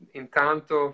intanto